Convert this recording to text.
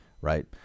right